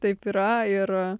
taip yra ir